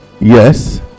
yes